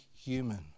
human